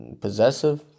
possessive